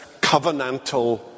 covenantal